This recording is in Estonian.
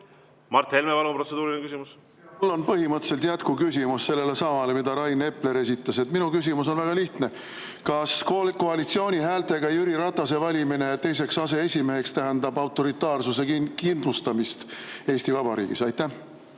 Mart Helme, palun, protseduuriline küsimus! Mul on põhimõtteliselt jätkuküsimus sellelesamale [küsimusele], mille Rain Epler esitas. Minu küsimus on väga lihtne. Kas koalitsiooni häältega Jüri Ratase valimine teiseks aseesimeheks tähendab autoritaarsuse kindlustamist Eesti Vabariigis? Mul